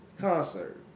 concert